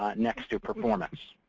um next to performance.